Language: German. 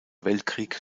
weltkrieg